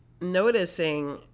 noticing